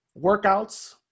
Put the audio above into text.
Workouts